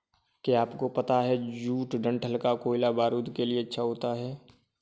क्या आपको पता है जूट डंठल का कोयला बारूद के लिए अच्छा होता है